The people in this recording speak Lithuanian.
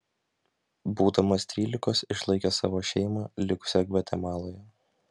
būdamas trylikos išlaikė savo šeimą likusią gvatemaloje